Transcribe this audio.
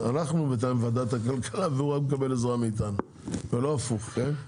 בינתיים ועדת הכלכלה והוא רק מקבל עזרה מאיתנו ולא הפוך כן?